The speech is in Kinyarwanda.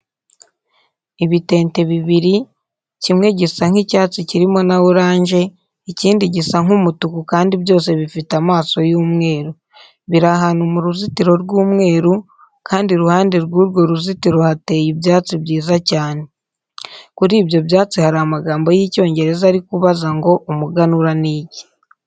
Ibitente bibiri, kimwe gisa nk'icyatsi kirimo na oranje, ikindi gisa nk'umutuku kandi byose bifite amaso y'umweru. Biri ahantu mu ruzitiro rw'umweru kandi iruhande rw'urwo ruzitiro hateye ibyatsi byiza cyane. Kuri ibyo byatsi hari amagambo y'Icyongereza ari kubaza ngo umuganura ni iki?